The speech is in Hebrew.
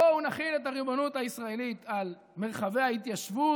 בואו נחיל את הריבונות הישראלית על מרחבי ההתיישבות.